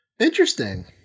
Interesting